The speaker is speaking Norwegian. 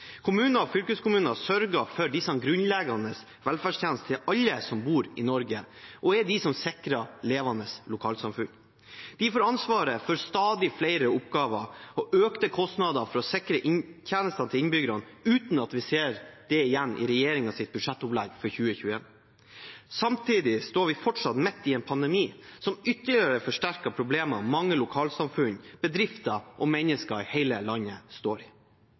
Kommuner og fylkeskommuner sørger for disse grunnleggende velferdstjenestene til alle som bor i Norge, og er de som sikrer levende lokalsamfunn. De får ansvaret for stadig flere oppgaver og økte kostnader for å sikre tjenester til innbyggerne, uten at vi ser det igjen i regjeringens budsjettopplegg for 2021. Samtidig står vi fortsatt midt i en pandemi som ytterligere forsterker problemene mange lokalsamfunn, bedrifter og mennesker i hele landet står i.